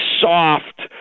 soft